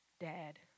dad